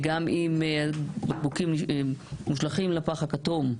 גם אם בקבוקים מושלכים לפח הכתום,